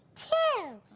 two.